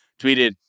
tweeted